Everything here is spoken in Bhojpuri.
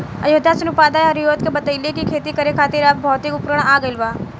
अयोध्या सिंह उपाध्याय हरिऔध के बतइले कि खेती करे खातिर अब भौतिक उपकरण आ गइल बा